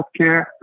healthcare